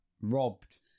robbed